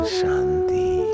shanti